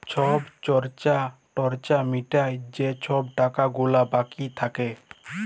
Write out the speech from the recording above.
ছব খর্চা টর্চা মিটায় যে ছব টাকা গুলা বাকি থ্যাকে